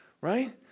right